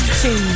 two